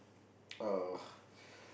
uh